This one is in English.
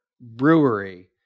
brewery